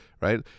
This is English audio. right